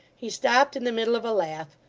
he stopped in the middle of a laugh,